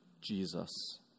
Jesus